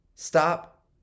Stop